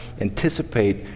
anticipate